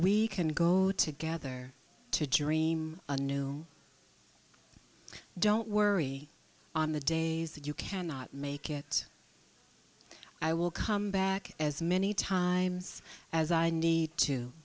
we can go together to dream a new don't worry on the days that you cannot make it i will come back as many times as i need to